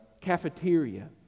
cafeteria